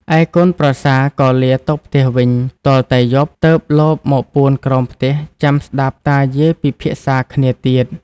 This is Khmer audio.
ឯកូនប្រសាក៏លាទៅផ្ទះវិញ ទាល់តែយប់ទើបលបមកពួនក្រោមផ្ទះចាំស្តាប់តាយាយពិភាក្សាគ្នាទៀត។